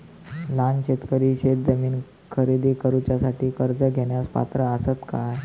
लहान शेतकरी शेतजमीन खरेदी करुच्यासाठी कर्ज घेण्यास पात्र असात काय?